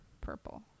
Purple